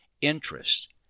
interest